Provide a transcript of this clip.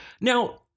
Now